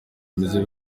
bimeze